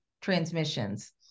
transmissions